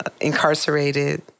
incarcerated